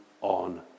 on